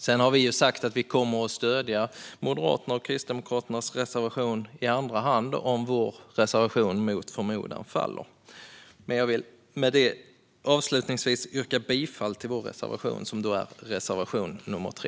Vi har sagt att vi kommer att stödja Moderaternas och Kristdemokraternas reservation i andra hand om vår reservation mot förmodan faller. Jag vill avslutningsvis yrka bifall till vår reservation, alltså reservation nr 3.